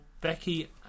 Becky